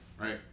right